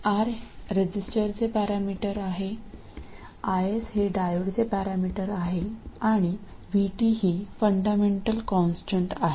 R रेझिस्टरचे parameter आहे आणि IS हे डायोडचे पॅरामीटर आहे आणि Vt ही फंडामेंटल कॉन्स्टंट आहे